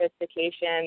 sophistication